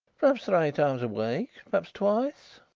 perhaps three times a week perhaps twice.